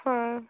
ହଁ